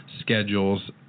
schedules